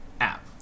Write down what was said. app